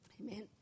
Amen